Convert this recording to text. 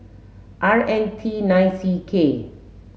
R N T nine C K